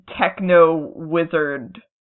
techno-wizard